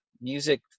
music